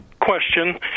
question